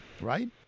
right